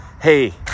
hey